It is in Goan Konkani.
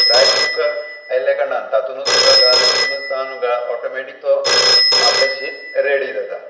रायस कुकर आयल्ल्या कारणान तातूनच उदक घाल तातूनच तांदूळ घाल ऑटोमॅटीक तो आपले शीत रेडी जाता